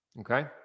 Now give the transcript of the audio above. Okay